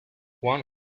one